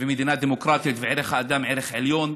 ומדינה דמוקרטית שבה ערך האדם הוא ערך עליון,